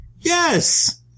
Yes